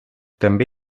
també